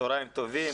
צוהריים טובים.